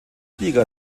liga